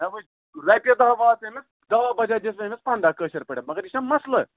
بے وُچھ رۄپیہِ دَہ واژٕ أمِس دَہ بَجے دِژ مےٚ أمِس پنٛداہ کٲشِرۍ پٲٹھۍ مگر یہِ چھُنا مَسلہٕ